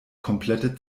komplette